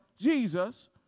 Jesus